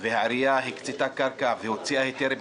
והעירייה הקצתה קרקע והוציאה היתר בנייה.